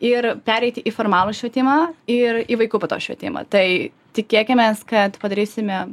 ir pereiti į formalų švietimą ir į vaikų po to švietimą tai tikėkimės kad padarysime